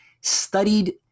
studied